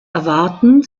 erwarten